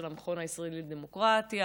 של המכון הישראלי לדמוקרטיה,